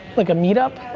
like a meet-up?